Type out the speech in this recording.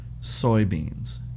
soybeans